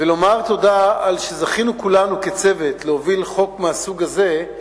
ולומר תודה על שזכינו כולנו כצוות להוביל חוק מהסוג הזה.